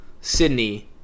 sydney